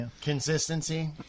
consistency